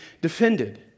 defended